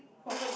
watch